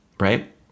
right